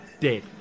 dead